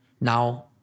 now